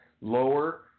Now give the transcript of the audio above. lower